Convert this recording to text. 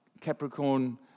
Capricorn